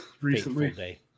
Recently